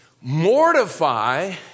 mortify